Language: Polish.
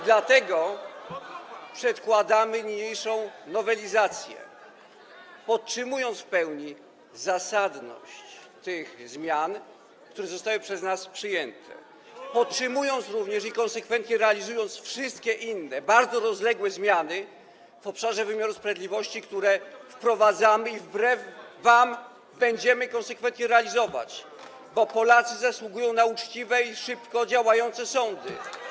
Dlatego przedkładamy niniejszą nowelizację, podtrzymując w pełni zasadność tych zmian, które zostały przez nas przyjęte, podtrzymując również i konsekwentnie realizując wszystkie inne, bardzo rozległe zmiany w obszarze wymiaru sprawiedliwości, które wprowadzamy i wbrew wam będziemy konsekwentnie realizować, bo Polacy zasługują na uczciwe i szybko działające sądy.